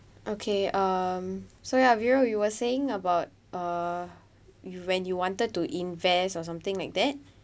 okay um sorry aviro you were saying about uh you when you wanted to invest or something like that